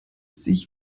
sich